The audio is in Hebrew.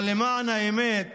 אבל למען האמת,